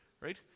right